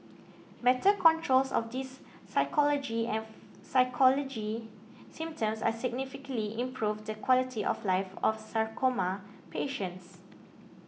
better controls of these physiology and psychology symptoms can significantly improve the quality of life of sarcoma patients